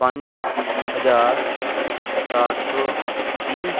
ਪੰਜ ਹਜ਼ਾਰ ਚਾਰ ਸੌ ਤੀਹ